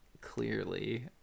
clearly